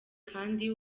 kandi